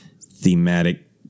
thematic